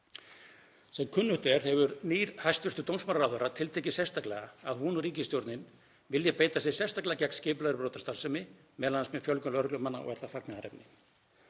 Sem kunnugt er hefur nýr hæstv. dómsmálaráðherra tiltekið sérstaklega að hún og ríkisstjórnin vilji beita sér sérstaklega gegn skipulagðri brotastarfsemi, m.a. með fjölgun lögreglumanna og er það fagnaðarefni.